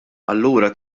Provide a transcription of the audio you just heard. allura